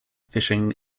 fishing